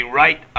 right